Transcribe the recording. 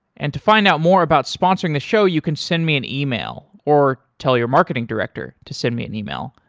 and to find out more about sponsoring the show, you can send me an email or tell your marketing director to send me an email,